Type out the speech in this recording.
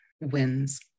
wins